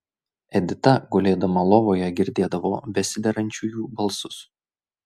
edita gulėdama lovoje girdėdavo besiderančiųjų balsus